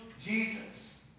Jesus